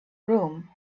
room